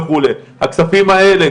הכספים האלה,